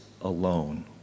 alone